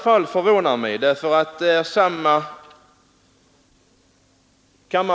Det förvånar mig i vissa fall.